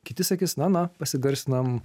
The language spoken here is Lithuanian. kiti sakys na na pasigarsinam